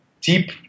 deep